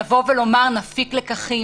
ולומר: נפיק לקחים.